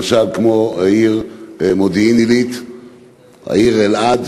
כמו למשל העיר מודיעין-עילית והעיר אלעד,